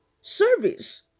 service